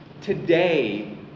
today